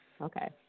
Okay